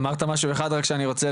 אמרת רק משהו אחד שאני רוצה